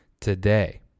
today